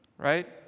Right